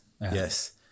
yes